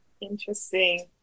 Interesting